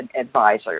Advisors